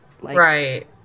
Right